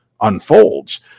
unfolds